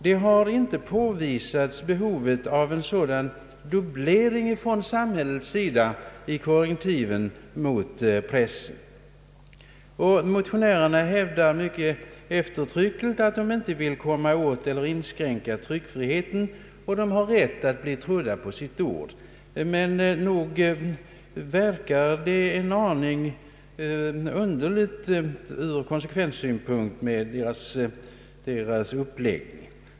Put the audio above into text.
Det har inte påvisats något behov av en sådan dubblering av samhällets korrektiv gentemot pressen. Motionärerna hävdar mycket eftertryckligt att de inte vill komma åt eller inskränka tryckfriheten. De har rätt att bli trodda på sitt ord. Men nog verkar deras uppläggning en aning underlig.